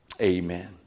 amen